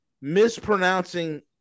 mispronouncing